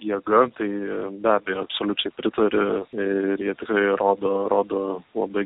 jėga tai be abejo absoliučiai pritariu ir jie tikrai rodo rodo labai